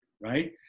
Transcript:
right